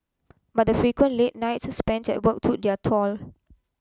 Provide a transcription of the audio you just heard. but the frequent late nights spent at work took their toll